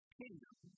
kingdom